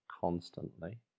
constantly